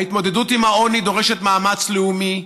ההתמודדות עם העוני דורשת מאמץ לאומי,